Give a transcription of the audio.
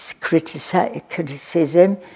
criticism